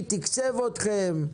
מי תקצב אתכם,